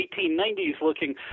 1890s-looking